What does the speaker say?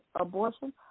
abortion